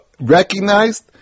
recognized